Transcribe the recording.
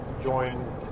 join